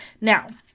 Now